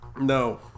No